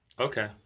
Okay